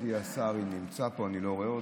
מכובדי השר, אם נמצא פה, אני לא רואה אותו,